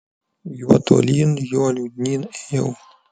juo tolyn juo liūdnyn ėjau